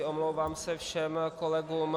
Omlouvám se všem kolegům.